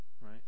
Right